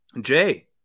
Jay